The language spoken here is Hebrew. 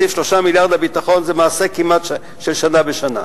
להוסיף 3 מיליארדים לביטחון זה כמעט מעשה של שנה בשנה.